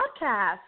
podcast